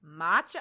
matcha